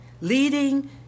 leading